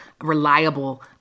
reliable